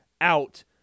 out